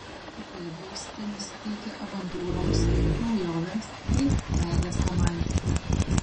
popiet būsite nusiteikę avantiūroms naujovėms bei meilės romantikai